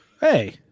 hey